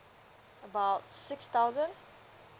about six thousand